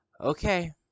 Okay